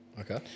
Okay